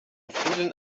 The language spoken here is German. vielen